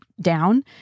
down